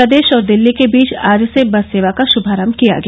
प्रदेश और दिल्ली के बीच आज से बस सेवा का श्भारम्भ किया गया